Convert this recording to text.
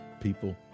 People